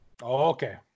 okay